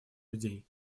людей